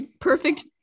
Perfect